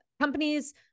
companies